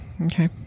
Okay